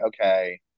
okay